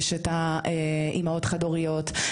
אימהות חד הוריות,